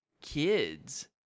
kids